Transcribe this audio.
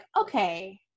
okay